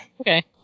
Okay